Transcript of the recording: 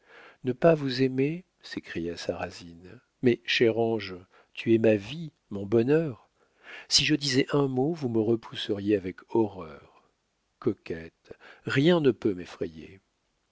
ne pas vous aimer s'écria sarrasine mais chère ange tu es ma vie mon bonheur si je disais un mot vous me repousseriez avec horreur coquette rien ne peut m'effrayer